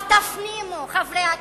תפנימו, חברי הכנסת,